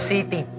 City